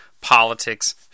politics